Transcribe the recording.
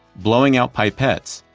blowing out pipeettes,